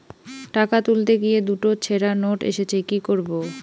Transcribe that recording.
টাকা তুলতে গিয়ে দুটো ছেড়া নোট এসেছে কি করবো?